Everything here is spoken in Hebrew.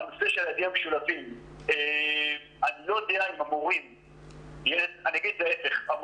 כי הילדים המשולבים הם חלק מהכיתה בשגרה,